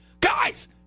guys